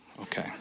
okay